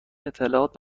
اطلاعات